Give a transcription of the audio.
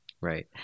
right